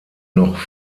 noch